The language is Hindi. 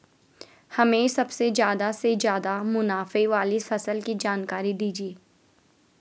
हमें सबसे ज़्यादा से ज़्यादा मुनाफे वाली फसल की जानकारी दीजिए